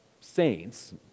saints